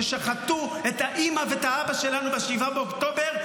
כששחטו את האימא והאבא שלנו ב-7 באוקטובר,